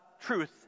truth